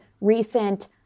recent